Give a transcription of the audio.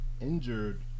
injured